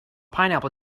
pineapple